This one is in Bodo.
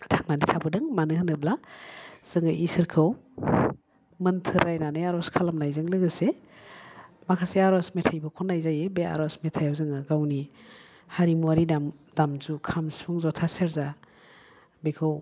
थांनानै थाबोदों मानो होनोब्ला जोङो इसोरखौ मोन्थोर रायनानै आर'ज खालामनायजों लोगोसे माखासे आर'ज मेथाइबो खन्नाय जायो बे आर'ज मेथाइयाव जोङो गावनि हारिमुवारि दाम दामजु खाम सिफुं ज'था सेरजा बेखौ